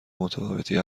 متفاوتی